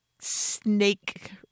snake